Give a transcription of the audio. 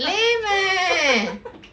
lame leh